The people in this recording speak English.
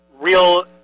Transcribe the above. real